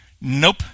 Nope